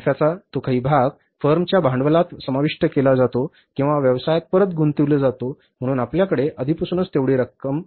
नफ्याचा तो काही भाग फर्मच्या भांडवलात समाविष्ट केला जातो किंवा व्यवसायात परत गुंतविला जातो म्हणून आपल्याकडे आधीपासून तेवढी रोख रक्कम